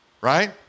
Right